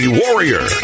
warrior